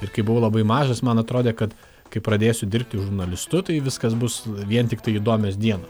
ir kai buvo labai mažas man atrodė kad kai pradėsiu dirbti žurnalistu tai viskas bus vien tiktai įdomios dienos